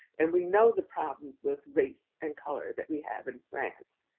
and we know the problems with race and color that we have in france.